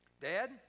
dad